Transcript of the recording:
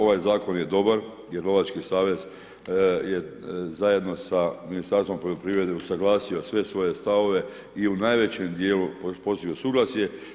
Ovaj zakon je dobar jer lovački savez zajedno sa Ministarstvom poljoprivrede usaglasio sve svoje stavove i u najvećem dijelu postigao suglasje.